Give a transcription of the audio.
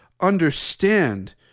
understand